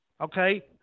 Okay